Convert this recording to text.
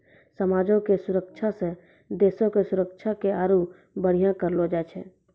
समाजो के सुरक्षा से देशो के सुरक्षा के आरु बढ़िया करलो जाय छै